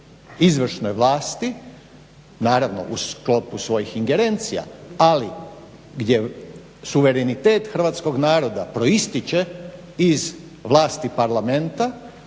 izvršnoj vlasti, naravno u sklopu svojih ingerencija, ali gdje suverenitet hrvatskog naroda proističe iz vlasti parlamenta,